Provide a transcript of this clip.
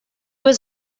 was